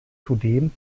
zudem